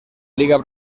liga